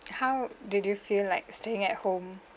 how did you feel like staying at home